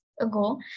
ago